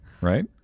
Right